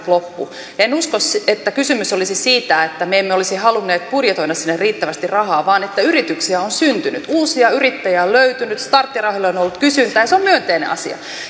loppu en usko että kysymys olisi siitä että me emme olisi halunneet budjetoida sinne riittävästi rahaa vaan että yrityksiä on syntynyt uusia yrittäjiä on löytynyt starttirahalle on on ollut kysyntää ja se on myönteinen asia